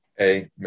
Amen